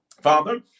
father